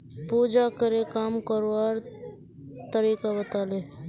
पूजाकरे काम करवार तरीका बताले